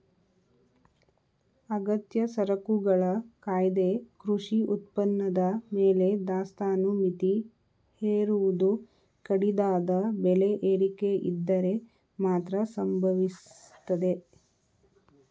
ಅಗತ್ಯ ಸರಕುಗಳ ಕಾಯ್ದೆ ಕೃಷಿ ಉತ್ಪನ್ನದ ಮೇಲೆ ದಾಸ್ತಾನು ಮಿತಿ ಹೇರುವುದು ಕಡಿದಾದ ಬೆಲೆ ಏರಿಕೆಯಿದ್ದರೆ ಮಾತ್ರ ಸಂಭವಿಸ್ತದೆ